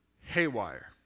haywire